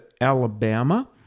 Alabama